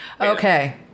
Okay